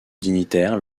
dignitaires